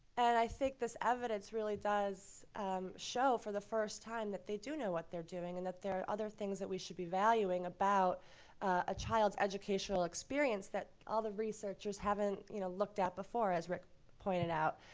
and i think this evidence really does show for the first time that they do know what they're doing and that there're other things that we should be valuing about a child's educational experience that all the researchers haven't, you know, looked at before, as rick pointed out.